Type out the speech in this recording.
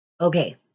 Okay